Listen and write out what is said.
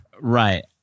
right